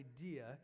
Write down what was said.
idea